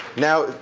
now